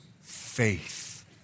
faith